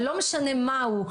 שלא משנה מהו,